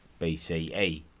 BCE